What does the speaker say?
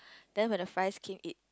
then when the fries came it